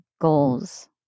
goals